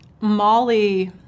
Molly